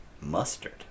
Mustard